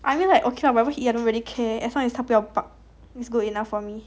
I mean like okay lah whatever he eat I don't really care as long as 不要 bark is good enough for me